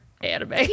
anime